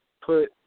put